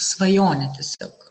svajonė tiesiog